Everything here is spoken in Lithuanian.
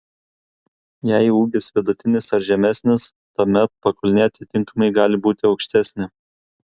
jei ūgis vidutinis ar žemesnis tuomet pakulnė atitinkamai gali būti aukštesnė